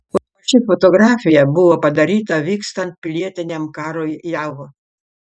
o ši fotografija buvo padaryta vykstant pilietiniam karui jav